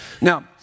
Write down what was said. now